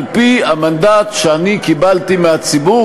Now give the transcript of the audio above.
על-פי המנדט שאני קיבלתי מהציבור,